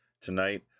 tonight